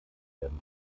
werden